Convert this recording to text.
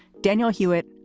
daniel hewitt,